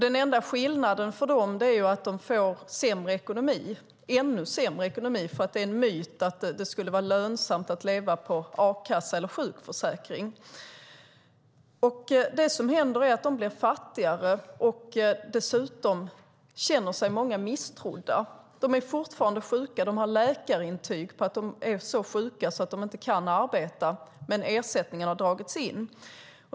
Den enda skillnaden för dem är att de får ännu sämre ekonomi - det är nämligen en myt att det skulle vara lönsamt att leva på a-kassa eller sjukförsäkring. Det som händer är att de blir fattigare, och dessutom känner sig många misstrodda. De är fortfarande sjuka - de har läkarintyg på att de är så sjuka att de inte kan arbeta - men ersättningen har dragits in.